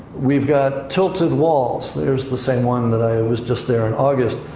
we've got tilted walls. there's the same one, that i was just there in august.